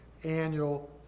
Annual